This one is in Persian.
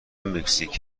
مکزیک